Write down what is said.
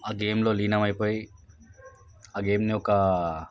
ఆ గేమ్లో లీనం అయిపోయి ఆ గేమ్ని ఒక